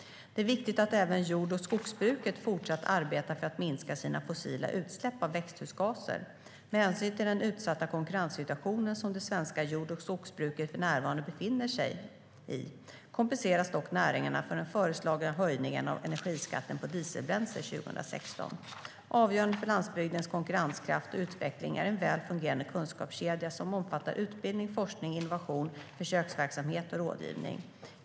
Det är viktigt att även jord och skogsbruket fortsätter att arbeta för att minska sina fossila utsläpp av växthusgaser. Med hänsyn till den utsatta konkurrenssituationen som det svenska jord och skogsbruket för närvarande befinner sig i kompenseras dock näringarna för den förslagna höjningen av energiskatten på dieselbränsle 2016. Avgörande för landsbygdens konkurrenskraft och utveckling är en väl fungerande kunskapskedja som omfattar utbildning, forskning, innovation, försöksverksamhet och rådgivning.